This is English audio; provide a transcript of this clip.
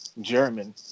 German